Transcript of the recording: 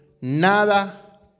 nada